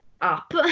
up